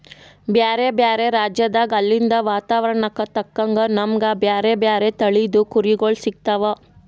ಬ್ಯಾರೆ ಬ್ಯಾರೆ ರಾಜ್ಯದಾಗ್ ಅಲ್ಲಿಂದ್ ವಾತಾವರಣಕ್ಕ್ ತಕ್ಕಂಗ್ ನಮ್ಗ್ ಬ್ಯಾರೆ ಬ್ಯಾರೆ ತಳಿದ್ ಕುರಿಗೊಳ್ ಸಿಗ್ತಾವ್